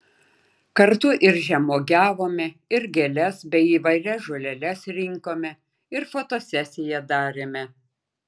kartu ir žemuogiavome ir gėles bei įvairias žoleles rinkome ir fotosesiją darėme